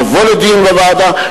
נבוא לדיון בוועדה,